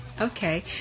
Okay